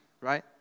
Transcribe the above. right